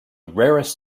rarest